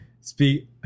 speak